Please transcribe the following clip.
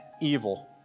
evil